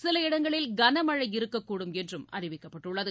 சில இடங்களில் கனமழை இருக்கக்கூடும் என்றும் அறிவிக்கப்பட்டுள்ளது